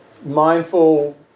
mindful